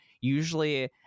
usually